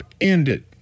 ended